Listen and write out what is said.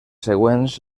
següents